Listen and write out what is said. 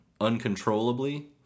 uncontrollably